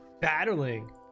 battling